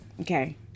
okay